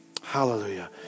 Hallelujah